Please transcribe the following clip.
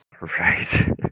Right